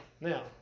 Now